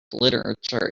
literature